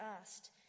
asked